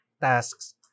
tasks